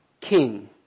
king